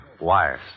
Wires